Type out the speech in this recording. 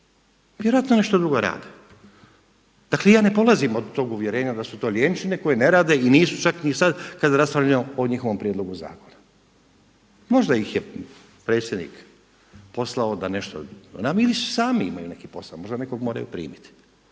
vjerojatno nešto drugo rade. Dakle ja ne polazim od tog uvjerenja da su to lijenčine koje ne rade i nisu čak ni sada kada raspravljamo o njihovom prijedlogu zakona. Možda ih je predsjednik poslao da nešto, … sami imaju neki posao, možda nekog moraju primiti.